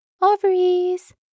Ovaries